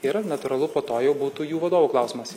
ir natūralu po to jau būtų jų vadovų klausimas